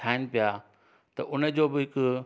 ठाहिण पिया त उनजो बि हिकु